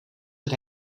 het